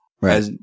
Right